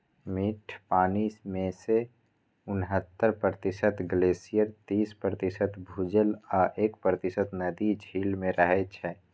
मीठ पानि मे सं उन्हतर प्रतिशत ग्लेशियर, तीस प्रतिशत भूजल आ एक प्रतिशत नदी, झील मे रहै छै